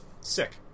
Sick